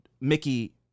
Mickey